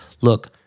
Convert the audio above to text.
Look